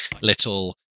little